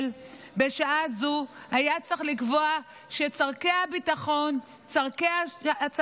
בשעה הזו היה צריך לקבוע שצורכי הביטחון,